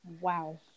Wow